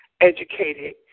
educated